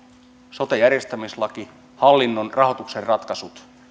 sote järjestämislaista hallinnon rahoituksen ratkaisuista